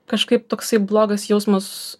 kažkaip toksai blogas jausmas